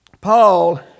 Paul